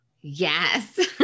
Yes